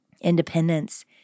independence